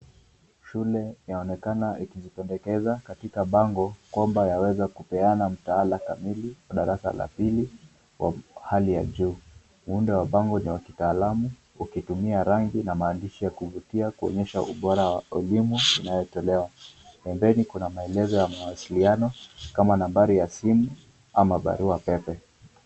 Shule yaonekana ikijipendekeza katika bango kwamba yaweza kupeana mtaala kamili wa darasa la pili wa hali ya juu. Muundo wa bango ni wa kitaalamu ukitumia rangi na maandishi ya kuvutia kuonyesha ubora wa elimu inayotolewa. Pembeni kuna maelezo ya mawasiliano kama nambari ya simu ama barua pepe.